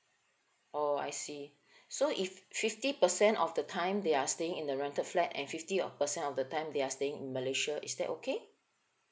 oh I see so if fifty percent of the time they are staying in a rental flat and fifty of percent of the time they are staying in malaysia is that okay